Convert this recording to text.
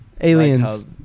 Aliens